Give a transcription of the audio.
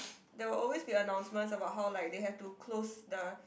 there will always be announcements about how like they have to close the